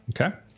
Okay